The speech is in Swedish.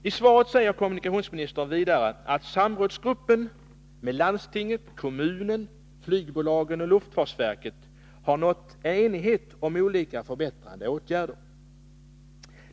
I svaret säger kommunikationsministern att samrådsgruppen, där repre sentanter för landstinget, kommunen, flygbolagen och luftfartsverket ingår, har enats om olika förbättrande åtgärder.